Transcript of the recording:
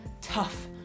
tough